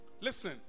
Listen